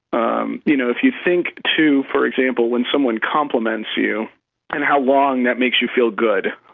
um you know if you think too, for example, when someone compliments you and how long that makes you feel good,